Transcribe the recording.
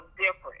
different